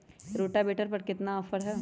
Rotavator पर केतना offer हव?